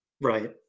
Right